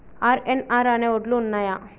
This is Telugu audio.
ఆర్.ఎన్.ఆర్ అనే వడ్లు ఉన్నయా?